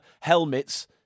helmets